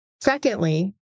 Secondly